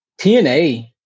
TNA